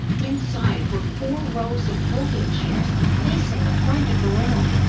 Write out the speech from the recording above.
inside were four rows of folding chairs facing the front of the room,